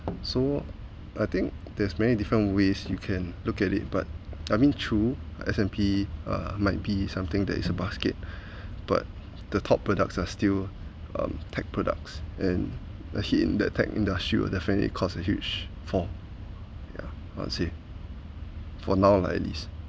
so I think there's many different ways you can look at it but I mean true S_&_P uh might be something that is a basket but the top products are still um tech products and a hit in the tech industry definitely caused a huge for ya I'd say for now lah at least